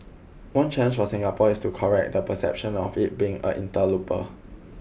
one challenge for Singapore is to correct the perception of it being a interloper